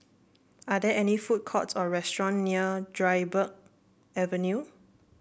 are there any food courts or restaurant near Dryburgh Avenue